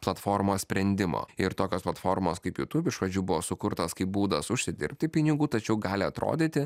platformos sprendimo ir tokios platformos kaip jutūb iš pradžių buvo sukurtos kaip būdas užsidirbti pinigų tačiau gali atrodyti